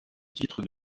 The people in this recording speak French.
titre